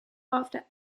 after